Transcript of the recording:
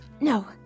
No